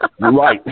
Right